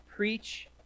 Preach